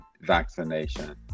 vaccination